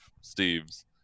Steve's